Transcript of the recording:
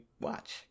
watch